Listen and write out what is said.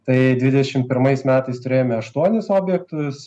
tai dvidešim pirmais metais turėjome aštuonis objektus